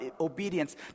obedience